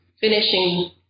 finishing